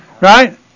right